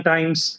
Times